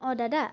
অঁ দাদা